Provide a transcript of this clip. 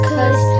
Cause